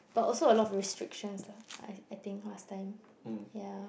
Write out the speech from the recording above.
but also a lot of restrictions lah I I think last time ya